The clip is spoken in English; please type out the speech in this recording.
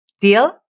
Deal